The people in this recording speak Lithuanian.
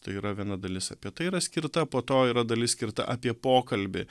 tai yra viena dalis apie tai yra skirta po to yra dalis skirta apie pokalbį